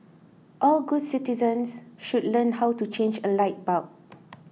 all good citizens should learn how to change a light bulb